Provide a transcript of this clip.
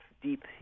deep